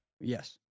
Yes